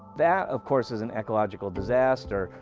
that, of course, is an ecological disaster.